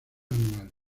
anuales